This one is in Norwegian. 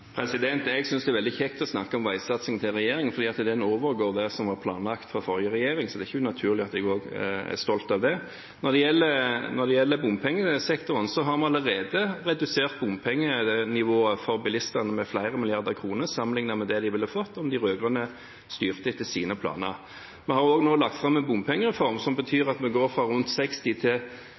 Jeg synes det er veldig kjekt å snakke om veisatsingen til regjeringen, for den overgår det som var planlagt fra forrige regjering, så det er ikke unaturlig at jeg er stolt av det. Når det gjelder bompengesektoren, har vi allerede redusert bompengenivået for bilistene med flere milliarder kroner sammenlignet med det de ville fått om de rød-grønne styrte etter sine planer. Vi har også nå lagt fram en bompengereform som betyr at vi går fra rundt 60 selskaper til